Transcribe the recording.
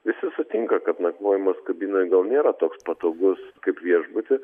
visi sutinka kad nakvojimas kabinoj gal nėra toks patogus kaip viešbuty